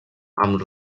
amb